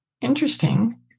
Interesting